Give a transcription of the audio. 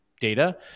data